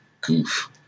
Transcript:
goof